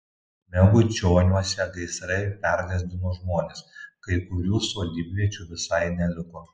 megučioniuose gaisrai pergąsdino žmones kai kurių sodybviečių visai neliko